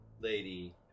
lady